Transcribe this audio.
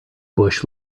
bush